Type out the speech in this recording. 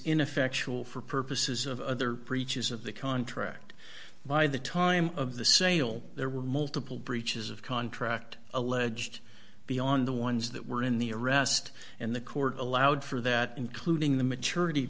ineffectual for purposes of other breaches of the contract by the time of the sale there were multiple breaches of contract alleged beyond the ones that were in the arrest and the court allowed for that including the maturity